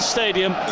Stadium